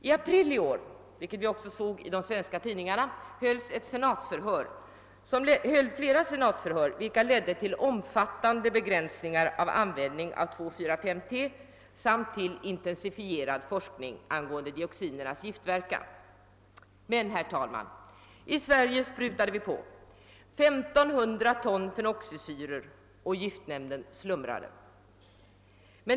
I april i år — vilket vi också såg i de svenska tidningarna — hölls flera senatsförhör, vilka ledde till omfattande begränsningar av användningen av 2, 4, 5 T samt till intensifierad forskning angående dioxinernas giftverkan. Men, herr talman, i Sverige sprutade vi på. 1500 ton fenoxisyror. Och giftnämnden slumrade!